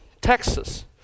Texas